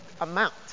amount